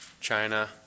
China